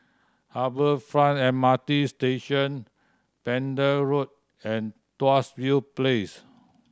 Harbour Front M R T Station Pender Road and Tuas View Place